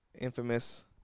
Infamous